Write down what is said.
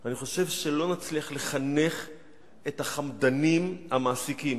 אני חושב שלא נצליח לחנך את החמדנים המעסיקים,